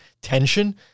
tension